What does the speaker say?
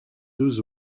deux